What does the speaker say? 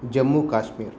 जम्मूकाश्मीरः